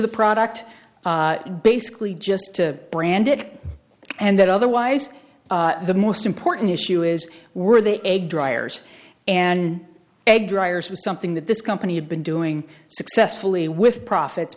the product basically just to brand it and that otherwise the most important issue is were the egg dryers and a dryers was something that this company had been doing successfully with profits